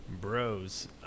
Bros